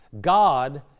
God